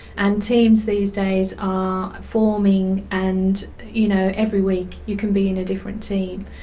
and teams these days are forming, and you know every week you can be in a different team.